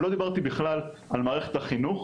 עוד לא דיברתי בכלל על מערכת החינוך,